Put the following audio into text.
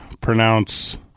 pronounce